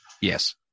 yes